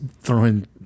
throwing